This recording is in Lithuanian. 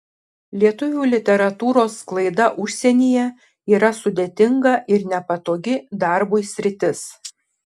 lietuvių literatūros sklaida užsienyje yra sudėtinga ir nepatogi darbui sritis